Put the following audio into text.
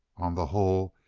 on the whole,